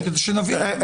כדי שנבין.